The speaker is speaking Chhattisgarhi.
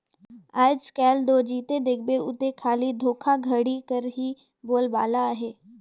आएज काएल दो जिते देखबे उते खाली धोखाघड़ी कर ही बोलबाला अहे